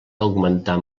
augmentar